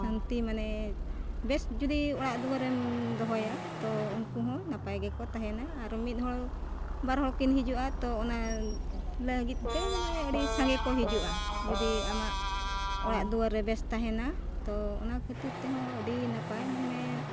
ᱥᱟᱱᱛᱤ ᱢᱟᱱᱮ ᱵᱮᱥ ᱡᱩᱫᱤ ᱚᱲᱟᱜᱼᱫᱩᱣᱟᱹᱨᱮᱢ ᱫᱚᱦᱚᱭᱟ ᱛᱚ ᱩᱱᱠᱩ ᱦᱚᱸ ᱱᱟᱯᱟᱭ ᱜᱮᱠᱚ ᱛᱟᱦᱮᱱᱟ ᱟᱨ ᱢᱤᱫ ᱦᱚᱲ ᱵᱟᱨ ᱦᱚᱲ ᱠᱤᱱ ᱦᱤᱡᱩᱜᱼᱟ ᱛᱚ ᱚᱱᱟ ᱞᱟᱹᱜᱤᱫ ᱛᱮ ᱢᱮᱱᱢᱮ ᱟᱹᱰᱤ ᱥᱟᱸᱜᱮ ᱠᱚ ᱦᱤᱡᱩᱜᱼᱟ ᱡᱩᱫᱤ ᱟᱢᱟᱜ ᱚᱲᱟᱜᱼᱫᱩᱣᱟᱹᱨᱮ ᱵᱮᱥ ᱛᱟᱦᱮᱱᱟ ᱛᱚ ᱚᱱᱟ ᱠᱷᱟᱹᱛᱤᱨ ᱛᱮᱦᱚᱸ ᱟᱹᱰᱤ ᱱᱟᱯᱟᱭ ᱢᱮᱱᱢᱮ